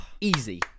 Easy